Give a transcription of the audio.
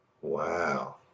wow